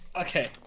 Okay